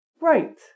right